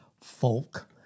folk